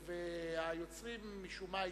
והיוצרים משום מה הסכימו,